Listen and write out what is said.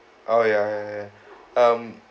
oh ya ya ya um